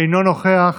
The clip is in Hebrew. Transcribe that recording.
אינו נוכח,